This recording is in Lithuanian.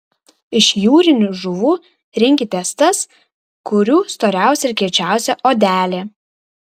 iš jūrinių žuvų rinkitės tas kurių storiausia ir kiečiausia odelė